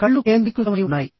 కళ్లు కేంద్రీకృతమై ఉన్నాయి